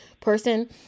person